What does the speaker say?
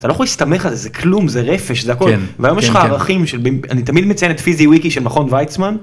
אתה לא יכול להסתמך על זה זה כלום זה רפש זה הכל ואני תמיד מציינת פיזי וויקי של מכון ויצמן.